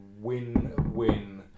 win-win